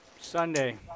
Sunday